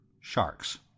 Sharks